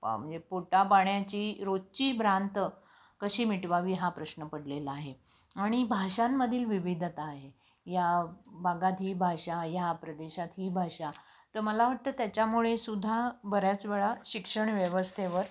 प म्हणजे पोटापाण्याची रोजची भ्रांत कशी मिटवावी हा प्रश्न पडलेला आहे आणि भाषांमधील विविधता आहे या भागात ही भाषा ह्या प्रदेशात ही भाषा तर मला वाटतं त्याच्यामुळे सुद्धा बऱ्याच वेळा शिक्षण व्यवस्थेवर